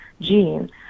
gene